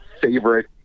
favorite